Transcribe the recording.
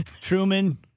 Truman